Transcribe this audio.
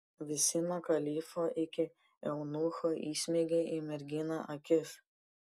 visi nuo kalifo iki eunucho įsmeigė į merginą akis